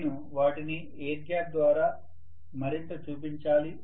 నేను వాటిని air gap ద్వారా మరింత చూపించాలి